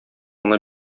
гына